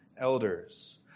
elders